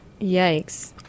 yikes